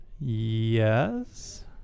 Yes